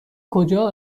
کجا